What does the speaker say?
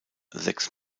sechs